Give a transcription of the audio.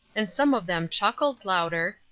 and some of them chuckled louder,